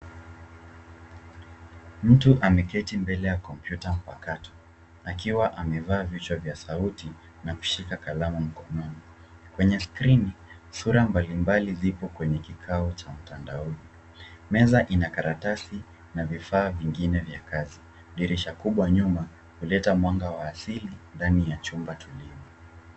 Mtu ameketi mbele ya kompyuta mpakato akiwa amevaa vichwa vya sauti na kushika kalamu mkononi. Kwenye skrini, sura mbalimbali ziko kwenye kikao cha mtandaoni. Meza ina karatasi na vifaa vingine vya kazi. Dirisha kubwa nyuma huleta mwanga wa asili ndani ya chumba tulivu.